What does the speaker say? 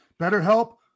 BetterHelp